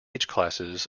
classes